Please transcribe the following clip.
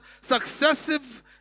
successive